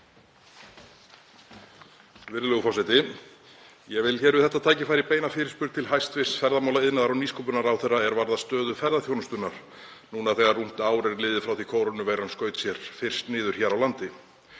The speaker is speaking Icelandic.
Virðulegur forseti. Ég vil við þetta tækifæri beina fyrirspurn til hæstv. ferðamála-, iðnaðar- og nýsköpunarráðherra varðandi stöðu ferðaþjónustunnar núna þegar rúmt ár er liðið frá því að kórónuveiran skaut sér fyrst niður hér á landi.